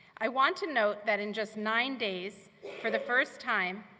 i want to note that in just nine days, for the first time,